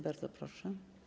Bardzo proszę.